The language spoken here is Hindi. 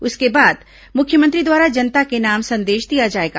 इसके बाद मुख्यमंत्री द्वारा जनता के नाम संदेश दिया जाएगा